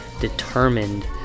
determined